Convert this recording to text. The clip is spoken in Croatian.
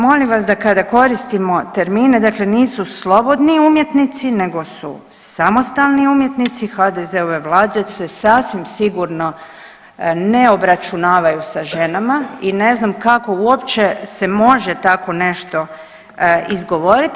Molim vas da kada koristimo termine, dakle nisu slobodni umjetnici nego su samostalni umjetnici, HDZ-ove vlade se sasvim sigurno ne obračunavaju sa ženama i ne znam kako uopće se može tako nešto izgovoriti.